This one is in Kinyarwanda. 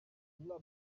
laura